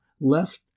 left